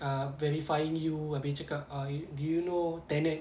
ah clarifying you abeh cakap ah do you know tenet